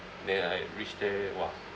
then I reach there !wah!